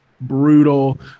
brutal